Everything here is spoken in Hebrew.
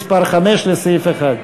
נתקבלה.